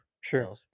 Sure